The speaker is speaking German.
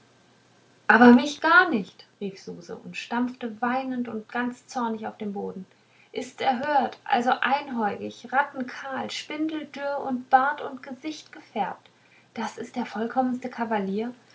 aber mich gar nicht rief suse und stampfte weinend und ganz zornig den boden ist's erhört also einäugig rattenkahl spindeldürr und bart und gesicht gefärbt das ist der vollkommenste kavalier